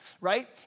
right